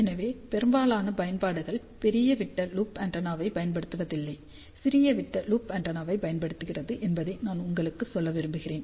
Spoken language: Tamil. எனவே பெரும்பாலான பயன்பாடுகள் பெரியவிட்ட லூப் ஆண்டெனாவைப் பயன்படுத்துவதில்லை சிறிய விட்ட லூப் ஆண்டெனாவைப் பயன்படுத்துகிறது என்பதை நான் உங்களுக்குச் சொல்ல விரும்புகிறேன்